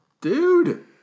Dude